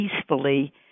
peacefully